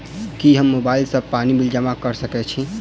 की हम मोबाइल सँ पानि बिल जमा कऽ सकैत छी?